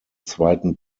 zweiten